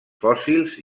fòssils